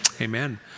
Amen